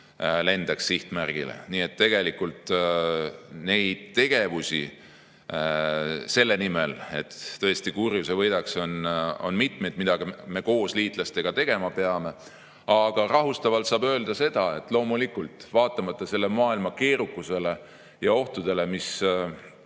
lendaks sihtmärgile. Nii et tegevusi selle nimel, et tõesti kurjus ei võidaks, on mitmeid, mida me koos liitlastega peame tegema. Aga rahustavalt saab öelda seda, et loomulikult, vaatamata selle maailma keerukusele ja ohtudele, mis meid